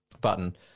button